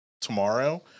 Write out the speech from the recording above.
tomorrow